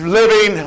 living